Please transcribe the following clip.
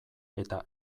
eta